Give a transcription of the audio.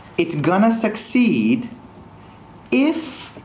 it's going to succeed if